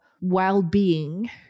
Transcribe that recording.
well-being